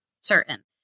certain